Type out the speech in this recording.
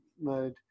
mode